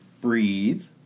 breathe